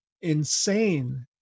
insane